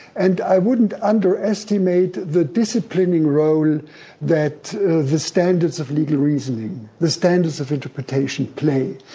and i wouldn't underestimate the disciplining role that the standards of legal reasoning, the standards of interpretation play.